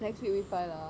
next week week five lah